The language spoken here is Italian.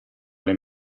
alle